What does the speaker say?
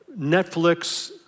Netflix